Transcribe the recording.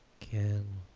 can